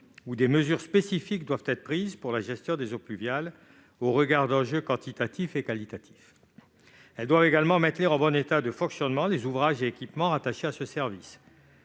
où des mesures spécifiques doivent être prises pour la gestion des eaux pluviales, au regard d'enjeux quantitatifs et qualitatifs. Elles doivent également maintenir en bon état de fonctionnement les ouvrages et équipements rattachés à ce service.